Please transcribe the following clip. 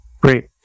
great